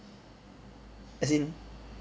as in